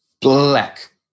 Black